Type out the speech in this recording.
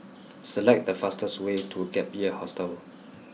select the fastest way to Gap Year Hostel